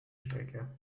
stecke